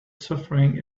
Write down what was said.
suffering